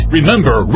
Remember